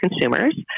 consumers